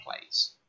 plays